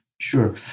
Sure